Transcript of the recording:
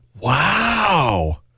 Wow